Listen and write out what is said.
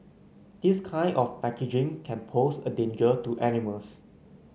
this kind of packaging can pose a danger to animals